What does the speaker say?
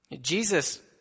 Jesus